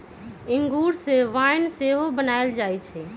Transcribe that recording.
इंगूर से वाइन सेहो बनायल जाइ छइ